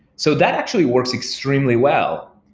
so that actually works extremely well,